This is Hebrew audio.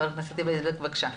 ח"כ היבה יזבק בבקשה.